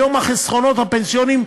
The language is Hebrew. היום החסכונות הפנסיוניים,